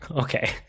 Okay